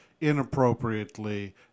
inappropriately